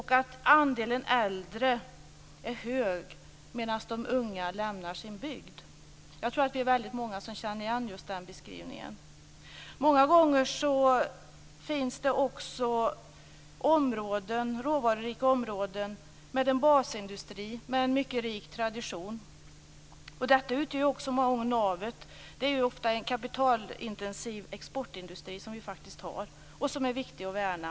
Andelen äldre är stor, samtidigt som de unga lämnar sin bygd. Jag tror att det är väldigt många som känner igen just den beskrivningen. Många gånger handlar det också om råvarurika områden med en basindustri som har en mycket rik tradition. Detta utgör många gånger navet. För oss är det ju ofta fråga om en kapitalintensiv exportindustri som det är viktigt att värna.